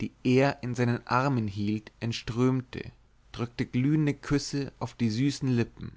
die er in seinen armen hielt entströmte drückte glühende küsse auf die süßen lippen